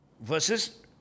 Versus